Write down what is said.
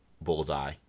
bullseye